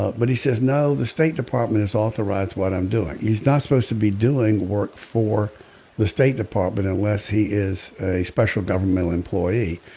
ah but he says no the state department has authorized what i'm doing. he's not supposed to be doing work for the state department unless he is a special governmental employee.